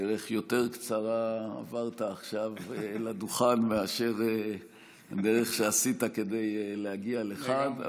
דרך יותר קצרה עברת עכשיו לדוכן מאשר הדרך שעשית כדי להגיע לכאן,